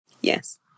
Yes